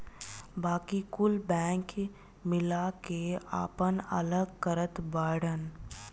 बाकी कुल बैंक मिला के आपन अलग करत बाड़न